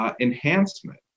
Enhancement